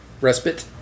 respite